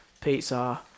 Pizza